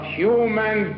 human